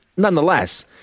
Nonetheless